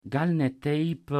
gal ne taip